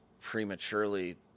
prematurely